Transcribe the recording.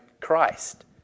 Christ